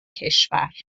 کشور